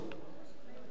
אבל מה אומרים לנו?